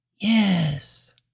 Yes